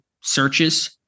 searches